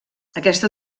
aquesta